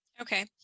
Okay